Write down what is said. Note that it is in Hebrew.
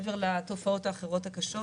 וזה מעבר לתופעות האחרות הקשות.